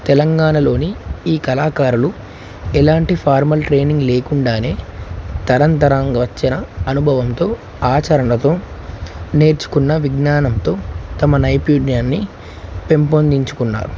తెలంగాణలోని ఈ కళాకారులు ఎలాంటి ఫార్మల్ ట్రైనింగ్ లేకుండానే తరంతరంగా వచ్చిన అనుభవంతో ఆచరణతో నేర్చుకున్న విజ్ఞానంతో తమ నైపుణ్యాన్ని పెంపొందించుకున్నారు